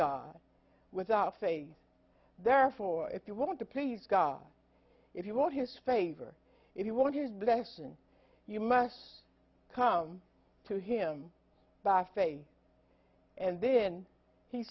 god without saying therefore if you want to please god if you want his favor if you want his lesson you must come to him by faith and then he